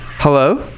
Hello